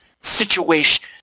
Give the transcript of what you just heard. situation